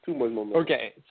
Okay